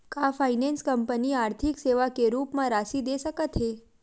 का finance company आर्थिक सेवा के रूप म राशि दे सकत हे?